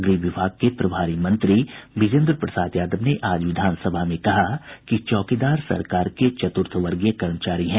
गृह विभाग के प्रभारी मंत्री बिजेन्द्र प्रसाद यादव ने आज विधानसभा में कहा कि चौकीदार सरकार के चतुर्थवर्गीय कर्मचारी हैं